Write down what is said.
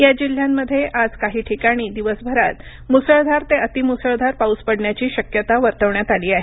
या जिल्ह्यांमध्ये आज काही ठिकाणी दिवसभरात मुसळधार ते अती मुसळधार पाऊस पडण्याची शक्यता वर्तवण्यात आली आहे